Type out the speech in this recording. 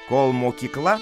kol mokykla